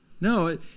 No